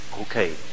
okay